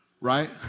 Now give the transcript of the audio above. Right